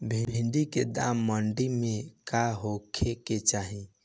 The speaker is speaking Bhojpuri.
भिन्डी के दाम मंडी मे का होखे के चाही?